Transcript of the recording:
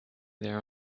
there